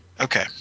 Okay